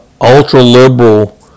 ultra-liberal